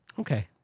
okay